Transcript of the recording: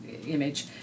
image